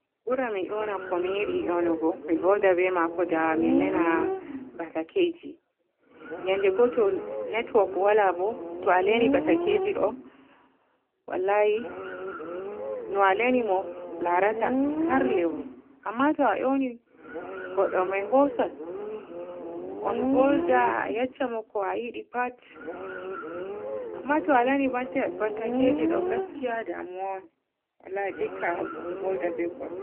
Buran mi yona ko mi yiɗi yoonogu mi volda be maako da mi lena batakeji. Yendego to ne-netwok waala bo, ta leni batakeji ɗo wallahi, no a leni mo laarata har lewru amma to yooni godɗo may hoosan on volda a yecca mo ko a yiɗi pat amma to a leni bata-batakeji ɗo gaskiya damuwa on wallahi dikka a on volda be godɗo.